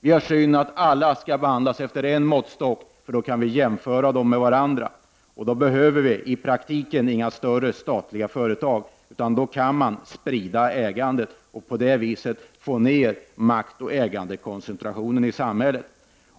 Vi moderater menar att alla skall behandlas efter en och samma måttstock, för då kan alla jämföras med varandra. Då behövs det i praktiken inga större statliga företag, och då kan ägandet spridas. På det viset kan också maktoch ägandekoncentrationen i samhället minskas.